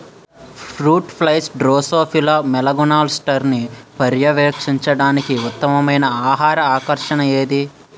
Fruit flies drosophila మెలనోగాస్టర్ని పర్యవేక్షించడానికి ఉత్తమమైన ఆహార ఆకర్షణ ఏది?